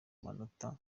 manota